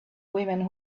women